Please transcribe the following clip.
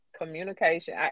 Communication